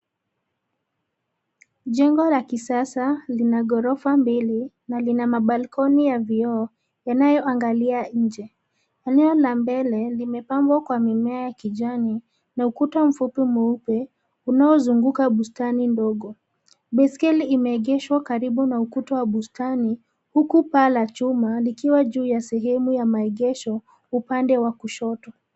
Jengo la kisasa lina ghorofa mbili na lina mabalkoni ya vioo yanayoangalia nje. Eneo la mbele limepambwa kwa mimea ya kijani na ukuta mfupi mweupe unaozunguka bustani ndogo. Baiskeli imeegeshwa karibu na ukuta wa bustani huku paa la chuma likiwa juu ya sehemu ya maegesho, upande wa kushoto.